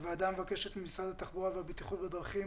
הוועדה מבקשת ממשרד התחבורה והבטיחות בדרכים